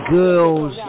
girls